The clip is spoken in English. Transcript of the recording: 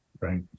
Right